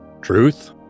Truth